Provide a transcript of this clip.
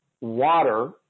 water